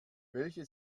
welche